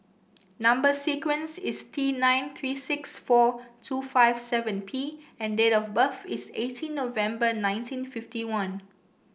number sequence is T nine three six four two five seven P and date of birth is eighteen November nineteen fifty one